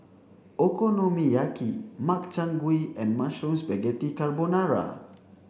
Okonomiyaki Makchang Gui and Mushroom Spaghetti Carbonara